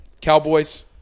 Cowboys